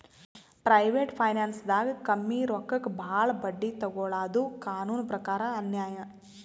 private ಫೈನಾನ್ಸ್ದಾಗ್ ಕಮ್ಮಿ ರೊಕ್ಕಕ್ ಭಾಳ್ ಬಡ್ಡಿ ತೊಗೋಳಾದು ಕಾನೂನ್ ಪ್ರಕಾರ್ ಅನ್ಯಾಯ್